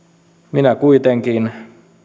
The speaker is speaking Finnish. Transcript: minä kuitenkin